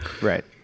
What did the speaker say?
right